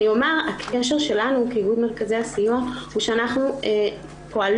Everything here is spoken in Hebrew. הקשר שלנו כאיגוד מרכזי הסיוע הוא שאנחנו פועלות,